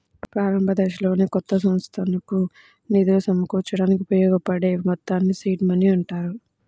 ప్రారంభదశలోనే కొత్త సంస్థకు నిధులు సమకూర్చడానికి ఉపయోగించబడే మొత్తాల్ని సీడ్ మనీ అంటారు